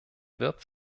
wird